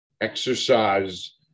exercise